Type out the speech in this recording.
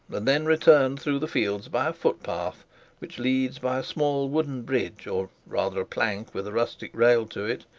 and then returned through the fields by a footpath which leads by a small wooden bridge, or rather a plank with a rustic rail to it,